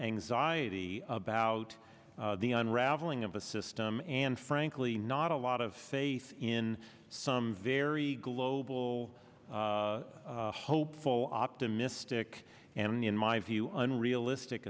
anxiety about the unraveling of a system and frankly not a lot of faith in some very global hopeful optimistic and in my view unrealistic